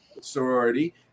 sorority